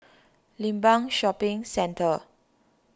Limbang Shopping Centre